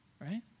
right